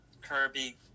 kirby